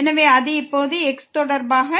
எனவே அது இப்போது x தொடர்பான